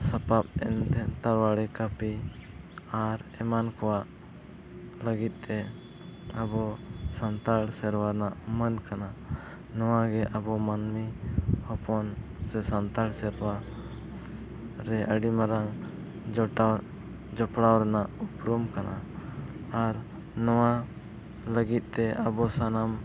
ᱥᱟᱯᱟᱯ ᱮᱱᱛᱮ ᱛᱟᱲᱣᱟᱨᱤ ᱠᱟᱹᱯᱤ ᱟᱨ ᱮᱢᱟᱱ ᱠᱚᱣᱟᱜ ᱞᱟᱹᱜᱤᱫᱛᱮ ᱟᱵᱚ ᱥᱟᱱᱛᱟᱲ ᱥᱮᱨᱣᱟ ᱨᱮᱱᱟᱜ ᱢᱟᱹᱱ ᱠᱟᱱᱟ ᱱᱚᱣᱟ ᱜᱮ ᱟᱵᱚ ᱢᱟᱹᱱᱢᱤ ᱦᱚᱯᱚᱱ ᱥᱮ ᱥᱟᱱᱛᱟᱲ ᱥᱮᱨᱣᱟ ᱨᱮ ᱟᱹᱰᱤ ᱢᱟᱨᱟᱝ ᱡᱚᱴᱟᱣ ᱡᱚᱯᱲᱟᱣ ᱨᱮᱱᱟᱜ ᱩᱯᱨᱩᱢ ᱠᱟᱱᱟ ᱟᱨ ᱱᱚᱣᱟ ᱞᱟᱹᱜᱤᱫᱛᱮ ᱟᱵᱚ ᱥᱟᱱᱟᱢ